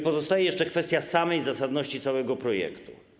Pozostaje jeszcze kwestia samej zasadności całego projektu.